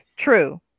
True